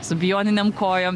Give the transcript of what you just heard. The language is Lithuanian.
su bijoninėm kojom